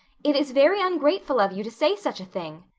it is very ungrateful of you to say such a thing.